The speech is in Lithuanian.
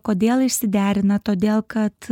kodėl išsiderina todėl kad